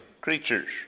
creatures